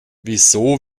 wieso